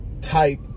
type